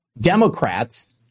Democrats